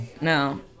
No